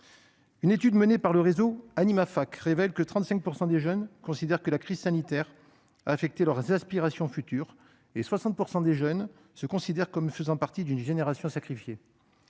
Une étude menée par le réseau Animafac révèle que 35 % des jeunes considèrent que la crise sanitaire a affecté leurs aspirations futures ; 60 % d'entre eux estiment faire partie d'une « génération sacrifiée